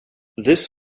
this